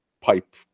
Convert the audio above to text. pipe